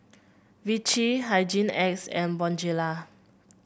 Vichy Hygin X and Bonjela